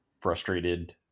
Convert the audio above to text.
frustrated